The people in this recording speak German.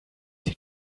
sie